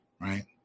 right